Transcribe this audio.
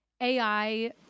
AI